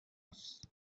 هست